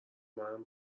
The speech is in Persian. منم